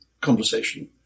conversation